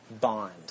bond